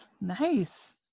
Nice